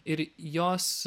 ir jos